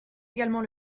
également